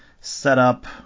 setup